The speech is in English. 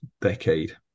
decade